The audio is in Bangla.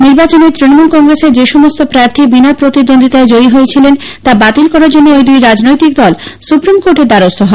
নির্বাচনে তৃণমূল কংগ্রেসের যে সমস্ত প্রার্থী বিনা প্রতিদ্বন্দ্বিতায় জয়ী হয়েছিলেন তা বাতিল করার জন্য ঐ দুই রাজনৈতিক দল সুপ্রীম কোর্টের দ্বারস্থ হয়